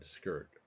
skirt